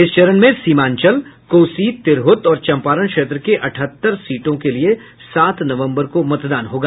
इस चरण में सीमांचल कोसी तिरहुत और चंपारण क्षेत्र के अठहत्तर सीटों के लिये सात नवम्बर को मतदान होगा